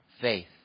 faith